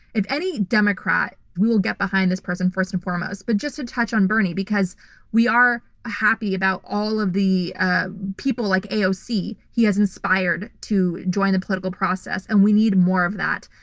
if any democrat, we will get behind this person first and foremost. but just to touch on bernie, because we are happy about all of the ah people like aoc he has inspired to join the political process and we need more of that.